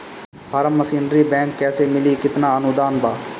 Form machinery bank कैसे मिली कितना अनुदान बा?